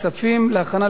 להעביר